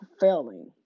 failing